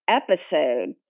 episode